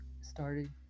started